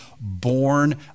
born